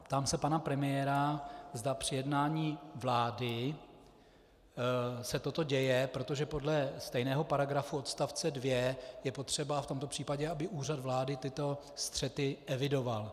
Ptám se pana premiéra, zda při jednání vlády se toto děje, protože podle stejného paragrafu odst. 2 je potřeba v tomto případě, aby Úřad vlády tyto střety evidoval.